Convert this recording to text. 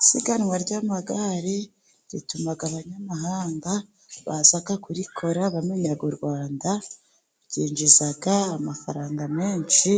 Isiganwa ry'amagare rituma abanyamahanga baza kurikora bamenya u Rwanda. Ryinjiza amafaranga menshi,